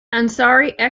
ansari